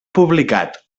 publicat